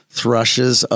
thrushes